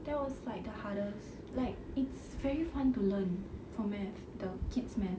that was like the hardest like it's very fun to learn for math the kids math